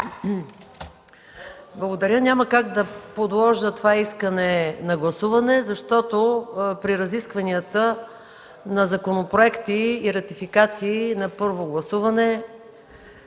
Благодаря. Няма как да подложа на гласуване това предложение, защото при разискванията на законопроекти и ратификации на първо гласуване